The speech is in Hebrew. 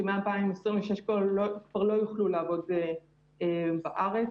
שמ-2026 כבר לא יוכלו לעבוד בארץ.